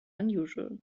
unusual